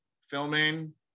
filming